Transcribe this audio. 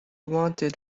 wanted